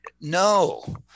no